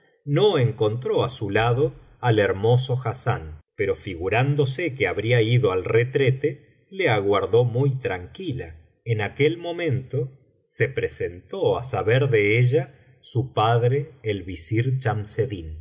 no encontró á su lado al hermoso hassán pero figurándose que habría ido al retrete le aguardó muy tranquila en aquel momento se presentó á saber de ella biblioteca valenciana generalitat valenciana las mil noches y una noche su padre el visir